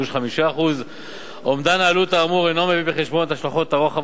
של 5%. אומדן העלות האמור אינו מביא בחשבון השלכות רוחב,